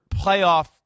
playoff